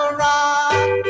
rock